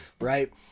right